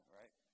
right